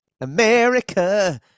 America